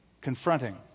confronting